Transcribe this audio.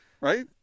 Right